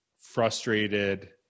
frustrated